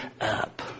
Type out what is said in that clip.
up